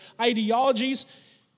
ideologies